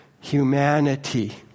humanity